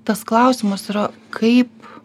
tas klausimas yra kaip